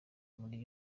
muri